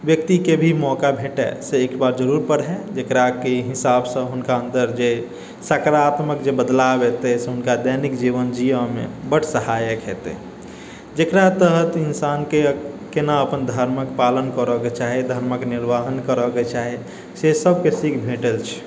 व्यक्तिके भी मौका भेटै से एक बार जरुर पढ़ै जेकरा हिसाबसँ हुनका अन्दर जे सकारात्मक जे बदलाव एतै से हुनका दैनिक जीवन जीयऽमे बड्ड सहायक हेतै जकरा तहत इंसानके केना अपन धर्मके पालन करऽके चाही धर्मके निर्वाहन करऽके चाही से सबके सीख भेटल छै